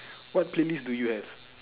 what playlist do you have